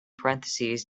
parentheses